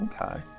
Okay